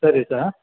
ಸರಿ ಸಾರ್